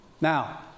Now